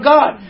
God